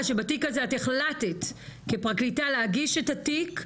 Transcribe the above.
שבתיק הזה את החלטת כפרקליטה להגיש את התיק,